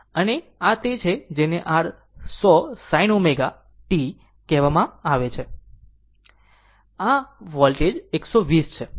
અને આ તે છે જેને r 100 sinω t 100 sin ω t કહે છે અને આ વોલ્ટ આ 120 છે